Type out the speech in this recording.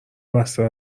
بسته